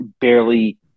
barely